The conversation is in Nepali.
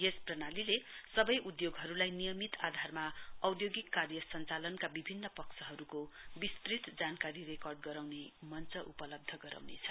यस प्रणालीले सबै उद्योगहरूलाई नियमित आधारमा औद्योगिक कार्य सञ्चालनका विभिन्न पक्षहरूको विस्तृत जानकारी रेकर्ड गराउने मञ्च उपलब्ध गराउनेछ